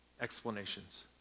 explanations